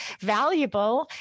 valuable